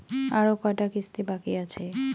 আরো কয়টা কিস্তি বাকি আছে?